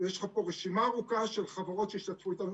יש לך פה רשימה ארוכה של חברות שהשתתפו איתנו,